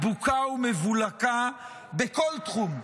בוקה ומבולקה בכל תחום.